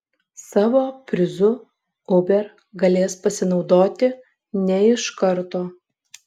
savo prizu uber galės pasinaudoti ne iš karto